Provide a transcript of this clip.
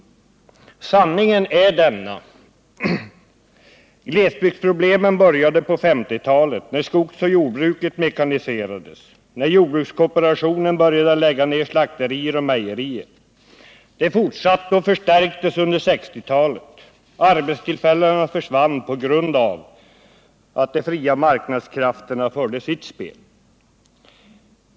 Sanningen är denna: Glesbygdsproblemen började på 1950-talet när skogsoch jordbruket mekaniserades, när jordbrukskooperationen började lägga ner slakterier och mejerier. De fortsatte och förstärktes under 1960-talet. Arbetstillfällena försvann på grund av att de fria marknadskrafterna förde sitt spel.